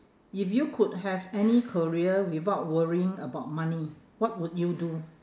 if you could have any career without worrying about money what would you do